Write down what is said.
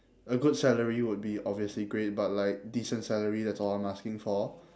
a good salary would be obviously great but like decent salary that's all I'm asking for